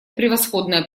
превосходное